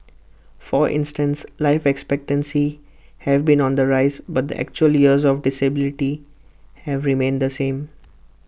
for instance life expectancy have been on the rise but the actual years of disability have remained the same